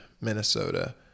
Minnesota